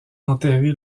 enterré